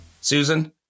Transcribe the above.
Susan